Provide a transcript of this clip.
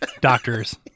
doctors